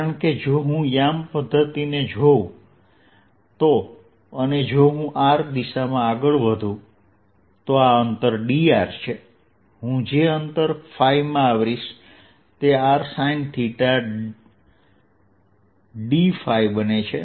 કારણ કે જો હું યામ પધ્ધતિ ને જોઉં તો અને જો હું r દિશામાં આગળ વધું તો આ અંતર dr છે હું જે અંતર ϕ માં આવરીશ તે r sinedϕબનશે